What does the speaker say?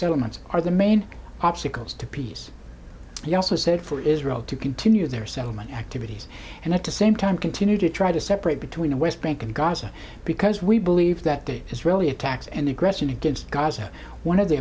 settlements are the main obstacles to peace he also said for israel to continue their settlement activities and at the same time continue to try to separate between the west bank and gaza because we believe that the israeli attacks and aggression against gaza one of the